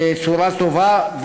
בצורה טובה,